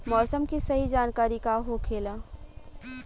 मौसम के सही जानकारी का होखेला?